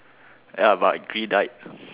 ya but Gree died